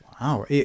Wow